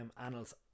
annals